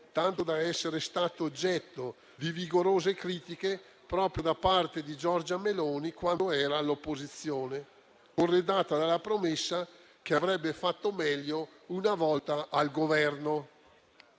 tanto da essere stato oggetto di vigorose critiche proprio da parte di Giorgia Meloni quando era all'opposizione, critiche corredate dalla promessa che avrebbe fatto meglio una volta al Governo.